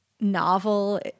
novel